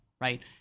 right